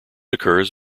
occurs